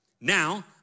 Now